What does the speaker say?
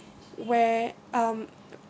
where um